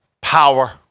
power